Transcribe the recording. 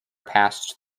passed